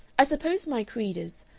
i suppose my creed is,